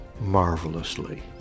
marvelously